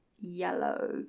yellow